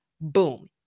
Boom